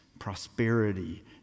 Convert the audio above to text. Prosperity